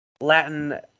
Latin